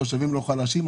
התושבים לא חלשים,